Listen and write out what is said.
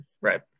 right